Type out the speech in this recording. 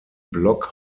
blog